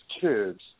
kids